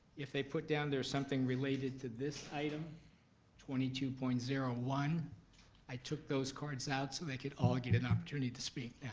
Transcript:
if they put down there's something related to this item twenty two point zero one i took those cards out so they could all get an opportunity to speak.